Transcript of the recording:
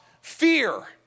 fear